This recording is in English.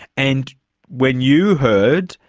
and when you heard,